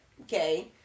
Okay